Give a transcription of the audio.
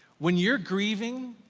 when you're grieving,